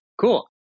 Cool